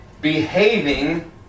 behaving